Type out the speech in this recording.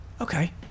Okay